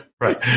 right